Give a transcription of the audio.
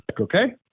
Okay